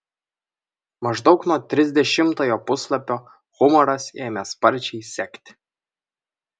maždaug nuo trisdešimtojo puslapio humoras ėmė sparčiai sekti